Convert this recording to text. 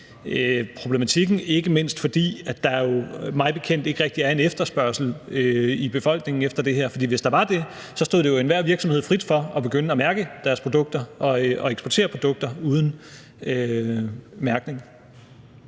problematikken, ikke mindst fordi der jo mig bekendt ikke rigtig er en efterspørgsel i befolkningen efter det her. For hvis det var det, stod det jo enhver virksomhed frit for at begynde at mærke deres produkter og eksportere produkter uden mærkning.